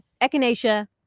Echinacea